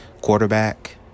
quarterback